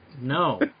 No